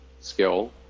skill